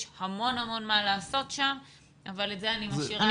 יש המון מה לעשות שם אבל את זה אני משאירה